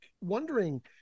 wondering